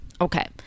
Okay